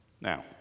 Now